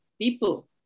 people